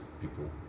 people